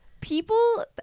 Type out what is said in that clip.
People